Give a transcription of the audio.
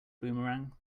boomerang